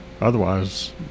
otherwise